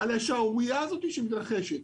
על השערורייה הזאת שמתרחשת.